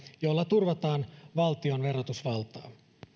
jolla turvataan valtion verotusvaltaa